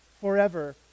forever